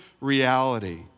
reality